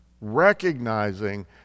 Recognizing